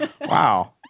Wow